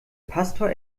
pastor